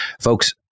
Folks